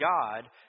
God